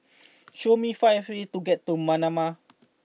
show me five ways to get to Manama